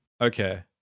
Okay